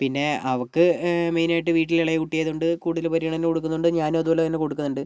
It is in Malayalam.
പിന്നെ അവൾക്ക് മെയിനായിട്ട് വീട്ടിൽ ഇളയ കുട്ടിയായത് കൊണ്ട് കൂടുതൽ പരിഗണന കൊടുക്കുന്നത് കൊണ്ട് ഞാനും അതുപോലെ തന്നെ കൊടുക്കുന്നുണ്ട്